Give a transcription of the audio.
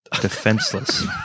defenseless